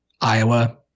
Iowa